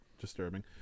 disturbing